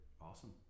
Awesome